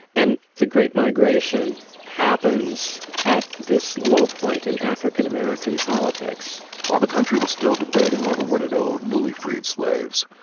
and the great migration happens at this low point in african-american politics while the country was still debating over what it owed newly freed slaves,